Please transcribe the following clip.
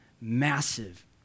massive